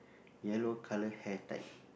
yellow colour hair tie